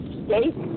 state